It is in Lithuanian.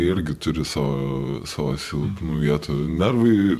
irgi turi savo savo silpnų vietų nervai